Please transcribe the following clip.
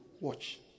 Watch